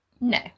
no